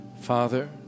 Father